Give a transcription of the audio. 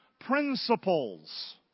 principles